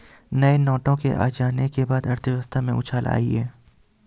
नए नोटों के आ जाने के बाद अर्थव्यवस्था में उछाल आयी है